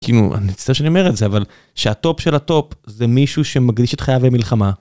כאילו, אני מצטער שאני אומר את זה, אבל שהטופ של הטופ זה מישהו שמקדיש את חייו למלחמה.